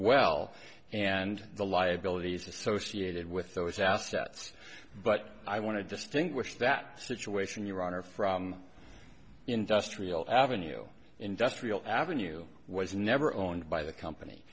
well and the liabilities associated with those assets but i want to distinguish that situation your honor from industrial avenue industrial avenue was never owned by the company